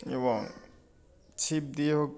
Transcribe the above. এবং ছিপ দিয়ে হোক